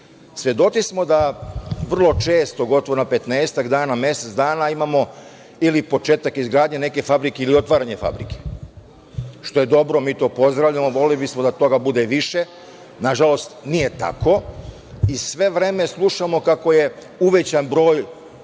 Svedoci smo da vrlo često, gotovo na 15 dana, mesec dana imamo ili početak izgradnje neke fabrike, ili otvaranje neke fabrike, što je dobro i što pozdravljamo, voleli bismo da toga bude više. Nažalost nije tako i sve vreme slušamo kako je uvećan broj